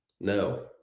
No